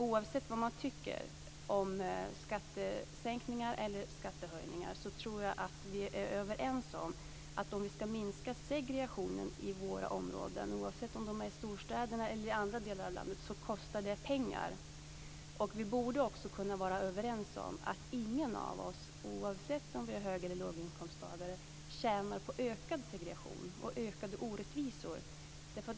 Oavsett vad man tycker om skattesänkningar eller skattehöjningar, tror jag att vi är överens om att om vi ska minska segregationen i våra områden, oavsett om det är i storstäderna eller i andra delar av landet, kostar det pengar. Vi borde också kunna vara överens om att ingen av oss, oavsett om vi är hög eller låginkomsttagare, tjänar på ökad segregation och ökade orättvisor.